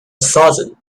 southern